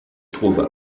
trouve